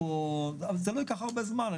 זה לא ייקח הרבה זמן,